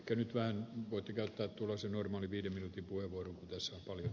kevyt väinö voipio että tulossa normaali viiden minuutin voivod arvoisa puhemies